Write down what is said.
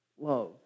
Love